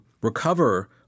recover